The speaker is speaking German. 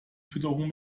fütterung